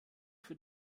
für